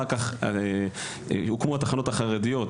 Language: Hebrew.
אח"כ הוקמו התחנות החרדיות,